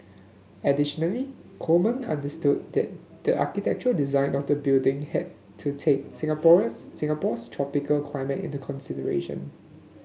additionally Coleman understood that the architectural design of the building had to take Singaporeans Singapore's tropical climate into consideration